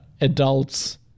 adults